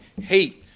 hate